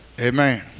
Amen